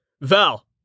Val